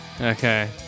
Okay